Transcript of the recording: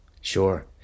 Sure